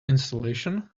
installation